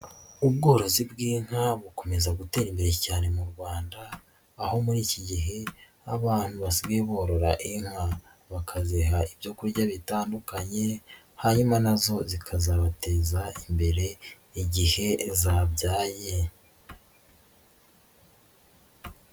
Ubworozi bw'inka bukomeza gutera imbere cyane mu Rwanda, aho muri iki gihe abantu basigaye borora inka, bakaziha ibyo kurya bitandukanye, hanyuma nazo zikazabateza imbere igihe zabyaye.